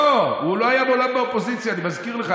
לא, הוא לא היה מעולם באופוזיציה, אני מזכיר לך.